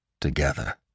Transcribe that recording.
together